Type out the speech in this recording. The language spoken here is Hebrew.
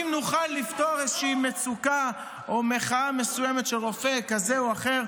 אם נוכל לפתור איזושהי מצוקה או מחאה מסוימת של רופא כזה או אחר,